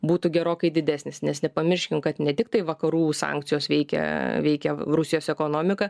būtų gerokai didesnis nes nepamirškim kad ne tiktai vakarų sankcijos veikia veikia rusijos ekonomiką